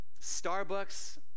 Starbucks